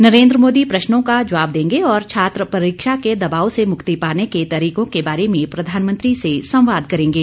नरेन्द्र मोदी प्रश्नों का जवाब देंगे और छात्र परीक्षा के दबाव से मुक्ति पाने के तरीकों के बारे में प्रधानमंत्री से संवाद करेंगे